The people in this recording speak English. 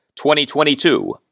2022